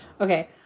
okay